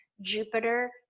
Jupiter